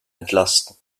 entlasten